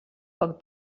как